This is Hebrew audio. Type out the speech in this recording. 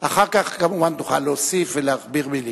אחר כך, כמובן, תוכל להוסיף ולהכביר מלים.